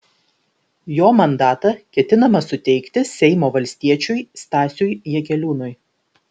jo mandatą ketinama suteikti seimo valstiečiui stasiui jakeliūnui